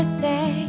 say